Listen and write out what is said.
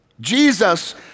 Jesus